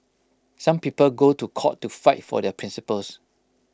some people go to court to fight for their principles